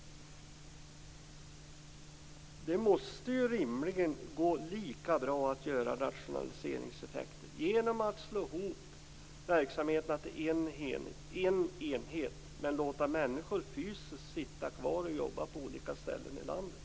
Det måste rimligen gå lika bra att få rationaliseringseffekter genom att slå ihop verksamheterna till en enhet men låta människor fysiskt sitta kvar och jobba på olika ställen i landet.